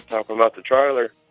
talking about the trailer.